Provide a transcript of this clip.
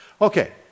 Okay